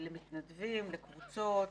מתנדבים, על קבוצות